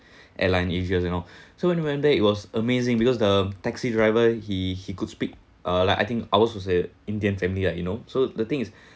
airline areas you know so we went there it was amazing because the taxi driver he he could speak uh like I think ours was a indian family ah you know so the thing is